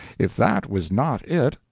if that was not it,